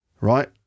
right